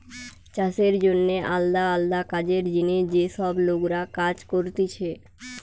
চাষের জন্যে আলদা আলদা কাজের জিনে যে সব লোকরা কাজ করতিছে